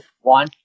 one